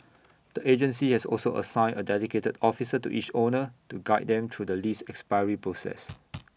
the agency has also assigned A dedicated officer to each owner to guide them through the lease expiry process